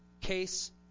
case